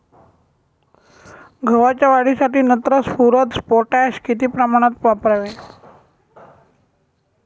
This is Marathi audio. गव्हाच्या वाढीसाठी नत्र, स्फुरद, पोटॅश किती प्रमाणात वापरावे?